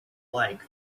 like